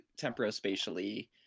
temporospatially